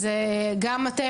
אז גם אתם,